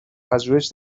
پژوهش